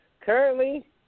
Currently